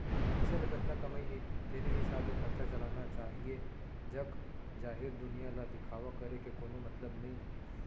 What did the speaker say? मनसे ल जतना कमई हे तेने हिसाब ले खरचा चलाना चाहीए जग जाहिर दुनिया ल दिखावा करे के कोनो मतलब नइ हे